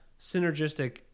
synergistic